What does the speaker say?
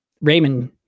Raymond